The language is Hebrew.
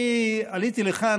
אני עליתי לכאן,